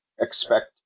expect